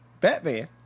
Batman